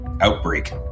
Outbreak